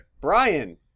brian